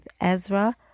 Ezra